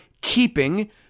keeping